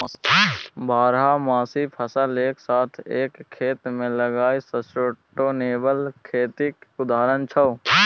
बारहमासी फसल एक साथ एक खेत मे लगाएब सस्टेनेबल खेतीक उदाहरण छै